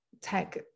tech